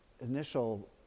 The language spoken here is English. initial